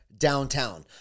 downtown